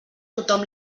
tothom